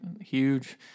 Huge